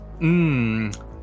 Mmm